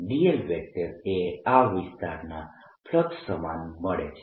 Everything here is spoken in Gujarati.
dl એ આ વિસ્તારના ફ્લક્સ સમાન મળે છે